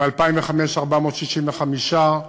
ב-2005, 465,